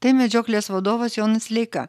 tai medžioklės vadovas jonas leika